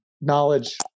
knowledge